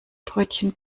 brötchen